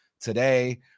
today